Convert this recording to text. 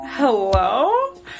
Hello